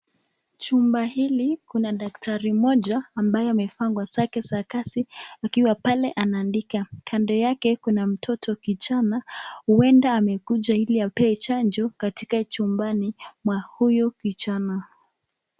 Jumba hili kuna daktari mmoja ambaye amevaa nguo zake za kazi akiwa pale anaandika, Kando yake kuna mtoto kijana huenda amekuja ili ampee chanjo katika jumbani mwa huyu kijana.